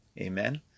Amen